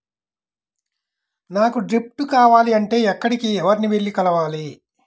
నాకు డ్రిప్లు కావాలి అంటే ఎక్కడికి, ఎవరిని వెళ్లి కలవాలి?